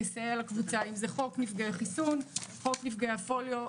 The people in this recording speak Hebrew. שמתרחשים: חוק נפגעי חיסון, חוק נפגעי פוליו,